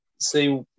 See